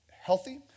healthy